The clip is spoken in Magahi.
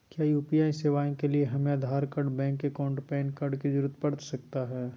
क्या यू.पी.आई सेवाएं के लिए हमें Aadhaar card bank account PAN card की जरूरत पड़ सकता है?